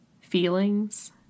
feelings